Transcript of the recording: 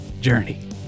Journey